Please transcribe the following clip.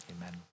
Amen